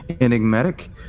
enigmatic